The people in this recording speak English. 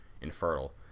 infertile